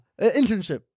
Internship